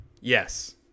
Yes